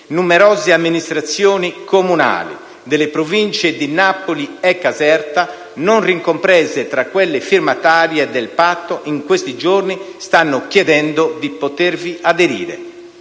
numerose amministrazioni comunali delle province di Napoli e Caserta, non ricomprese tra quelle firmatarie del patto, in questi giorni stanno chiedendo di potervi aderire.